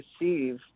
receive